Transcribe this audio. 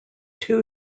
two